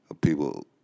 people